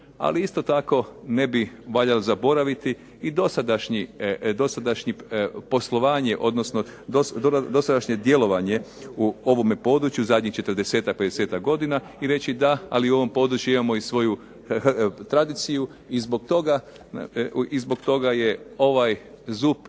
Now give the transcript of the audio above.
Ali isto tako ne bi valjalo zaboraviti i dosadašnje poslovanje odnosno dosadašnje djelovanje u ovome području zadnjih 40-ak, 50-ak godina i reći da, ali u ovom području imamo i svoju tradiciju i zbog toga je ovaj ZUP